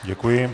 Děkuji.